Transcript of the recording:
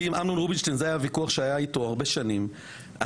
היה ויכוח של המון שנים עם אמנון רובינשטיין,